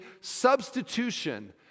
substitution